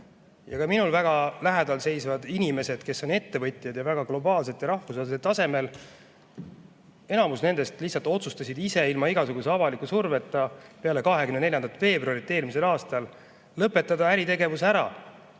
Ka minule väga lähedal seisvad inimesed, kes on ettevõtjad globaalsel ja rahvusvahelisel tasemel, enamus nendest lihtsalt otsustas ise ilma igasuguse avaliku surveta peale 24. veebruari eelmisel aastal äritegevuse ära